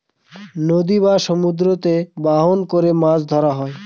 নদী বা সমুদ্রতে বাহন করে মাছ ধরা হয়